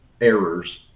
errors